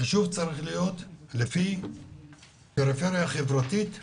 החישוב ליישובים שלנו צריך להיות לפי פריפריה חברתית וגיאוגרפית,